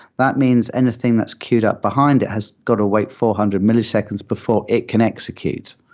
that means anything that's queued up behind it has got to wait four hundred milliseconds before it can execute.